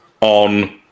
on